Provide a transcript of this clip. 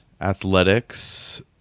Athletics